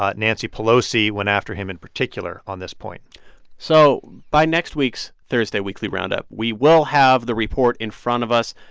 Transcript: ah nancy pelosi went after him in particular on this point so by next week's thursday weekly roundup, we will have the report in front of us.